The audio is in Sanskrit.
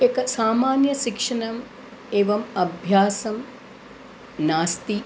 एकः सामान्यः शिक्षणम् एवम् अभ्यासं नास्ति